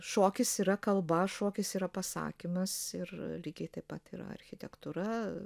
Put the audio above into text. šokis yra kalba šokis yra pasakymas ir lygiai taip pat yra architektūra